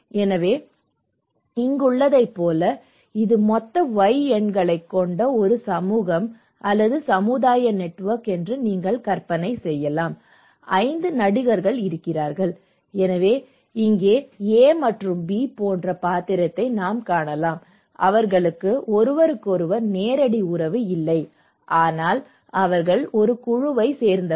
எனவே இங்குள்ளதைப் போல இது மொத்த Y எண்களைக் கொண்ட ஒரு சமூகம் அல்லது சமுதாய நெட்வொர்க் என்று நீங்கள் கற்பனை செய்யலாம் ஐந்து நடிகர்கள் இருக்கிறார்கள் எனவே இங்கே A மற்றும் B போன்ற பாத்திரத்தை நாம் காணலாம் அவர்களுக்கு ஒருவருக்கொருவர் நேரடி உறவு இல்லை ஆனால் அவர்கள் ஒரு குழுவைச் சேர்ந்தவர்கள்